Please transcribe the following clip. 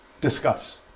discuss